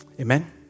amen